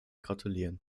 gratulieren